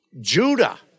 judah